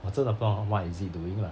我真的不懂 what is it doing lah